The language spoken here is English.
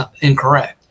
incorrect